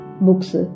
books